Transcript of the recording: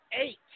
eight